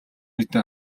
хэдэн